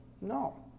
No